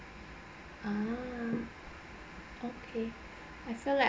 ah okay I feel like